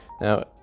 Now